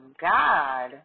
God